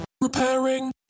repairing